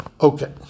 Okay